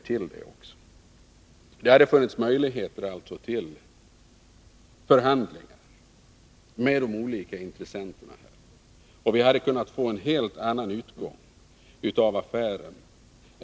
Det hade också funnits möjligheter till förhandlingar med de olika intressenterna. Affären hade då kunnat få en helt annan utgång.